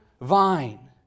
vine